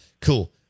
cool